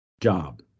job